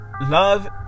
love